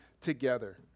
together